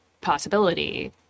possibility